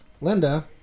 Linda